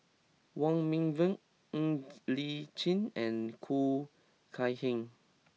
Wong Meng Voon Ng Li Chin and Khoo Kay Hian